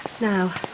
Now